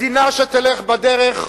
מדינה שתלך בדרך,